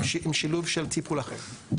עם שילוב של טיפול אחר.